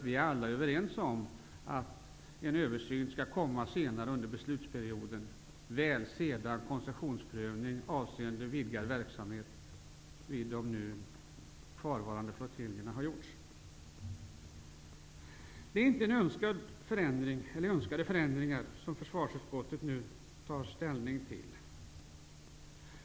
Vi är alla överens om att en översyn skall komma senare under beslutsperioden, antagligen sedan koncessionsprövning avseende vidgad verksamhet vid de nu kvarvarande flottiljerna har skett. Det är inte önskade förändringar som försvarsutskottet nu tar ställning till.